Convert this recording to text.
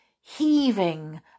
heaving